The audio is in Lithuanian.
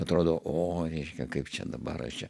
atrodo o reiškia kaip čia dabar aš čia